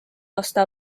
aasta